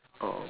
oh